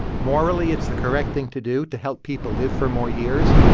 morally, it's the correct thing to do to help people live for more years.